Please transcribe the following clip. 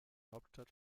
hauptstadt